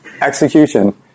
execution